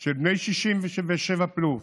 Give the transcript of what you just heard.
של בני 67 פלוס,